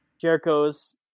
Jericho's